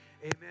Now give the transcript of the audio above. amen